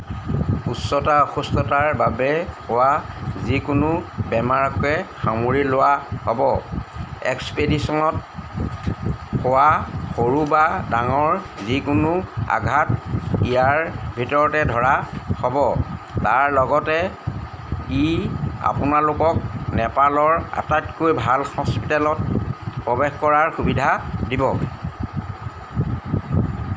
উচ্চতা অসুস্থতাৰ বাবে হোৱা যিকোনো বেমাৰকে সামৰি লোৱা হ'ব এক্সপেডিশ্যনত হোৱা সৰু বা ডাঙৰ যিকোনো আঘাত ইয়াৰ ভিতৰতে ধৰা হ'ব তাৰ লগতে ই আপোনালোকক নেপালৰ আটাইতকৈ ভাল হস্পিটেলত প্ৰৱেশ কৰা সুবিধা দিব